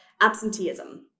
absenteeism